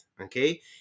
okay